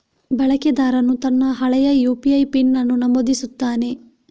ಬಳಕೆದಾರನು ತನ್ನ ಹಳೆಯ ಯು.ಪಿ.ಐ ಪಿನ್ ಅನ್ನು ನಮೂದಿಸುತ್ತಾನೆ